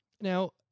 Now